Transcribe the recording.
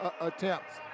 attempts